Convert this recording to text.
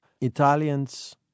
Italians